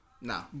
No